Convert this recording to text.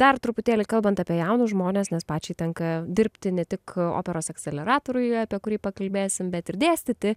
dar truputėlį kalbant apie jaunus žmones nes pačiai tenka dirbti ne tik operos akceleratoriuje apie kurį pakalbėsim bet išdėstyti